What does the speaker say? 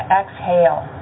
exhale